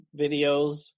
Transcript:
videos